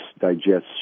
digests